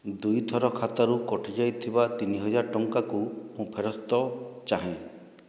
ଦୁଇଥର ଖାତାରୁ କଟିଯାଇଥିବା ତିନିହଜାର ଟଙ୍କାକୁ ମୁଁ ଫେରସ୍ତ ଚାହେଁ